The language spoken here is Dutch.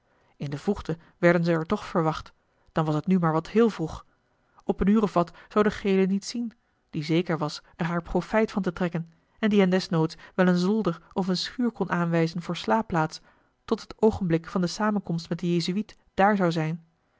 in de vroegte werden zij er toch verwacht dan was het nu maar wat heel vroeg op een uur of wat zou de gele niet zien die zeker was er haar profijt van te trekken en die hen desnoods wel een zolder of eene schuur kon aanwijzen voor slaapplaats tot het oogenblik van de samenkomst met den jezuïet dààr zou zijn